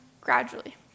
gradually